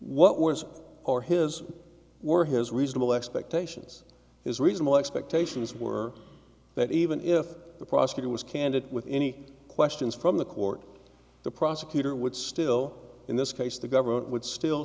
what was or his were his reasonable expectations his reasonable expectations were that even if the prosecutor was candid with any questions from the court the prosecutor would still in this case the government would still